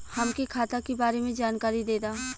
हमके खाता के बारे में जानकारी देदा?